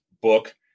book